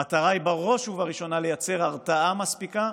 המטרה היא בראש ובראשונה לייצר הרתעה מספיקה